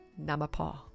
Namapaw